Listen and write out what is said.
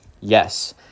Yes